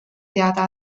teada